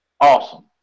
awesome